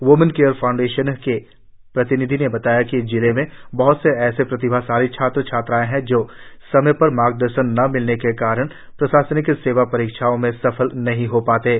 women care foundation के प्रतिनिधि ने बताया कि जिले में बहुत से ऐसे प्रतिभाशाली छात्र छात्राएं है जो समय पर मार्गदर्शन न मिलने के कारण प्रशासनिक सेवा परीक्षाओं में सफल नहीं हो पाते हैं